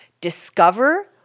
discover